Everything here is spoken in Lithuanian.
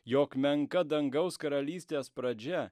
jog menka dangaus karalystės pradžia